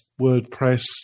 WordPress